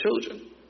children